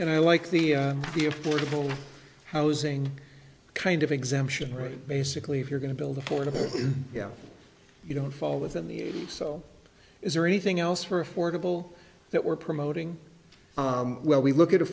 and i like the the affordable housing kind of exemption right basically if you're going to build a portable yeah you don't fall within the age so is there anything else for affordable that we're promoting well we look at